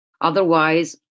Otherwise